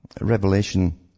Revelation